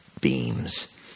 beams